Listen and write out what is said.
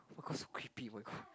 oh so creepy oh-my-god